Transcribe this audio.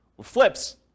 flips